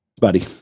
buddy